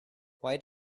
why